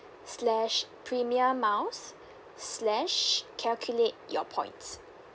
slash premium miles slash calculate your points